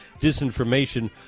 disinformation